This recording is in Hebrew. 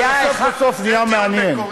סוף כל סוף נהיה מעניין.